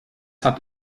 hat